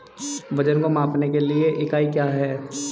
वजन को मापने के लिए इकाई क्या है?